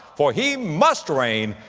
for he must reign,